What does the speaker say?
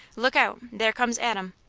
look out! there comes adam.